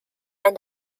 and